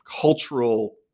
cultural –